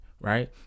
right